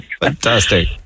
Fantastic